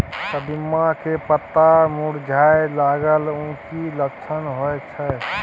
कदिम्मा के पत्ता मुरझाय लागल उ कि लक्षण होय छै?